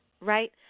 right